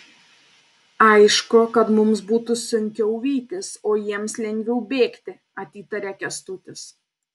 aišku kad mums būtų sunkiau vytis o jiems lengviau bėgti atitaria kęstutis